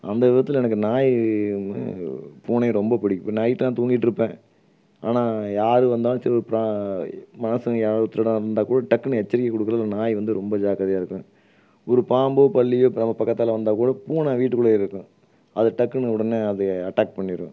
அந்த விதத்தில் எனக்கு நாய் பூனையை ரொம்ப பிடிக்கும் இப்போ நைட் நான் தூங்கிட்டு இருப்பேன் ஆனால் யார் வந்தாலும் சரி இப்போ மனுஷங்க யாராவது ஒரு திருடன் வந்தால் கூட டக்குனு எச்சரிக்கை கொடுக்குறதுல நாய் வந்து ரொம்ப ஜாக்கிரதையாக இருக்கும் ஒரு பாம்போ பல்லியோ இப்போ நம்ம பக்கத்தில் வந்தால் கூட பூனை வீட்டுக்குள்ளே இருக்கும் அது டக்குனு உடனே அது அட்டேக் பண்ணிவிடும்